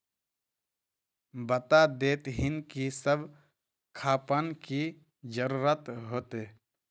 बता देतहिन की सब खापान की जरूरत होते?